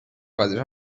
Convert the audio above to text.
وظیفم